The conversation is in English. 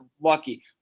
lucky